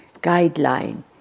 guideline